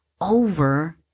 over